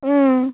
ꯎꯝ